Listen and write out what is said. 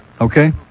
okay